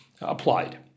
applied